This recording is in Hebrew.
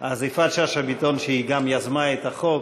שאשא ביטון גם היא יזמה את החוק,